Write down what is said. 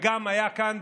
והוא גם היה כאן,